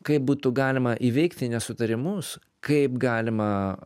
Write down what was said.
kaip būtų galima įveikti nesutarimus kaip galima